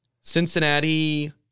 Cincinnati